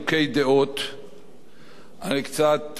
אני קצת מופתע מהטון ההחלטי